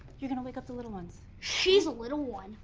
you're going to wake up the little ones. she's a little one!